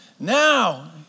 Now